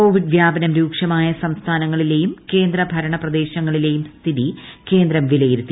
Covid വ്യാപനം രൂക്ഷമായ സംസ്ഥാനങ്ങളിലെയും കേന്ദ്ര ഭരണ പ്രദേശങ്ങളിലെയും സ്ഥിതി കേന്ദ്രം വിലയിരുത്തി